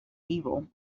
evil